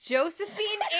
Josephine